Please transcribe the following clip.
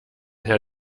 herr